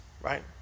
right